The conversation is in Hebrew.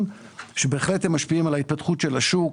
שבהחלט הם משפיעים על התפתחות השוק,